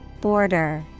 Border